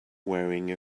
wearing